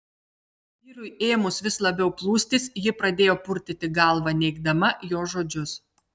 vyrui ėmus vis labiau plūstis ji pradėjo purtyti galvą neigdama jo žodžius